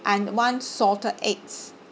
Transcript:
and one salted eggs